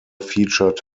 featured